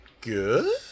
Good